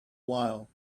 while